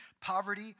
poverty